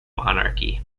monarchy